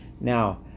Now